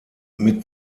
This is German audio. mit